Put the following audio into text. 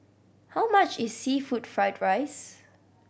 how much is seafood fried rice